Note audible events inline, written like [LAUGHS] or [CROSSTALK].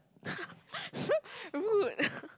[LAUGHS] rude